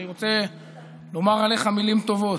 אני רוצה לומר עליך מילים טובות.